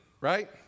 right